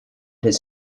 his